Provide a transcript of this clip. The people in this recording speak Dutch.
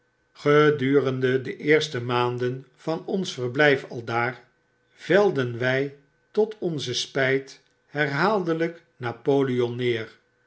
gedurende de eerste maandeh van ons verblyf aldaar velden wy tot onze spyt herhaaldelyk napoleon neer